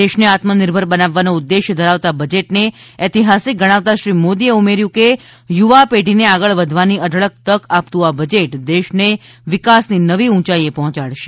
દેશને આત્મનિર્ભર બનાવાનો ઉદેશ્ય ધરાવતા બજેટને ઐતિહાસીક ગણાવતા શ્રી મોદી એ ઉમેર્યું છે કે યુવા પેઢીને આગળ વધવાની અઢળક તક આપતું આ બજેટ દેશને વિકાસની નવી ઊંચાઈ એ પહોંચાડશે